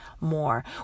more